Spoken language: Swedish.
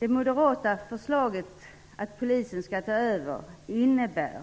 Det moderata förslaget att polisen skall ta över innebär